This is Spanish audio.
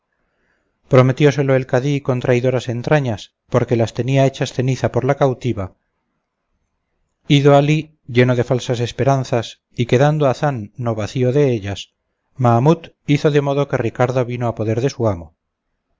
pretensiones prometióselo el cadí con traidoras entrañas porque las tenía hechas ceniza por la cautiva ido alí lleno de falsas esperanzas y quedando hazán no vacío de ellas mahamut hizo de modo que ricardo vino a poder de su amo